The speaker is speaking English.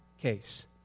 case